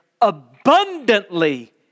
abundantly